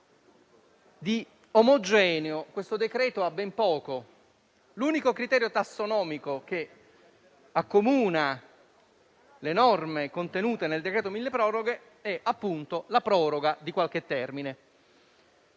di omogeneo ha ben poco. L'unico criterio tassonomico che accomuna le norme contenute nel decreto-legge milleproroghe è, appunto, la proroga di qualche termine.